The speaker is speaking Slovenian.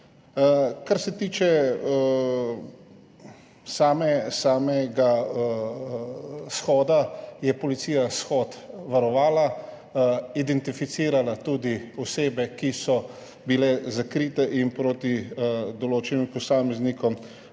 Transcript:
Kar se tiče samega shoda, je policija shod varovala, identificirala tudi osebe, ki so bile zakrite, in proti določenim posameznikom